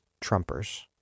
Trumpers